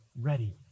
ready